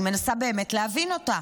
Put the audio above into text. אני מנסה באמת להבין אותה.